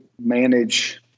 manage